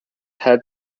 head